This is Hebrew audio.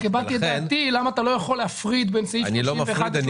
אני רק הבעתי את דעתי למה אתה לא יכול להפריד בין סעיף 31 ו-32